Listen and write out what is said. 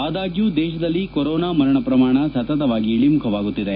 ಆದಾಗ್ನೂ ದೇಶದಲ್ಲಿ ಕೊರೋನಾ ಮರಣ ಪ್ರಮಾಣ ಸತತವಾಗಿ ಇಳಮುಖವಾಗುತ್ತಿದೆ